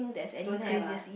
don't have ah